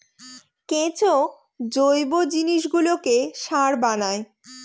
কেঁচো জৈব জিনিসগুলোকে সার বানায়